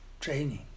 Training